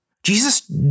Jesus